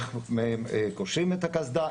איך הם קושרים את הקסדה,